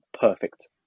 perfect